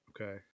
Okay